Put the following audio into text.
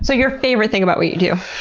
so your favorite thing about what you do?